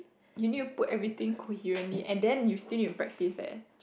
you need to put everything coherently and then you still need to practice eh